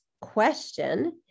question